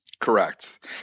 Correct